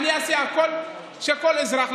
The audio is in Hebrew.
שכל אזרח,